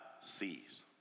sees